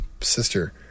sister